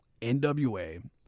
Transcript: NWA